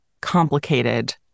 complicated